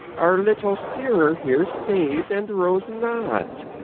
our little steerer here stays and rows not